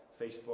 Facebook